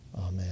amen